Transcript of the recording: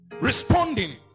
responding